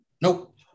Nope